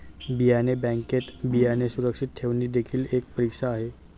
बियाणे बँकेत बियाणे सुरक्षित ठेवणे देखील एक परीक्षा आहे